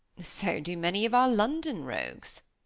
so do many of our london rogues.